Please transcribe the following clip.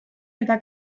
eta